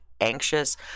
anxious